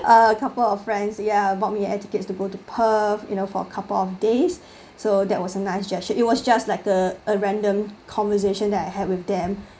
a couple of friends ya bought me air tickets to go to perth you know for a couple of days so that was a nice gesture it was just like a a random conversation that I had with them